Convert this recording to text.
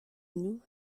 nous